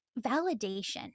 validation